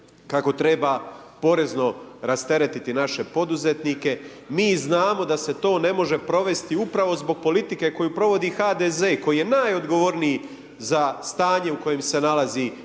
kako treba porezno rasteretiti naše poduzetnike. Mi znamo da se to ne može provesti upravo zbog politike koju provodi HDZ koji je najodgovorniji za stanje u kojem se nalazi Hrvatska